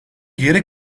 geri